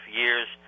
years